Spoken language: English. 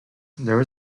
there